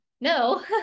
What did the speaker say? no